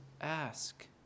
ask